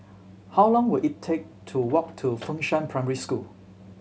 how long will it take to walk to Fengshan Primary School